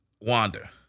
Wanda